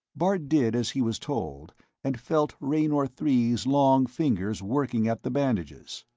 bart did as he was told and felt raynor three's long fingers working at the bandages.